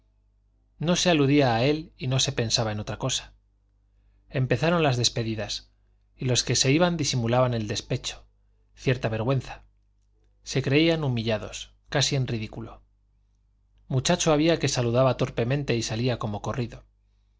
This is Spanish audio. no se aludía a él y no se pensaba en otra cosa empezaron las despedidas y los que se iban disimulaban el despecho cierta vergüenza se creían humillados casi en ridículo muchacho había que saludaba torpemente y salía como corrido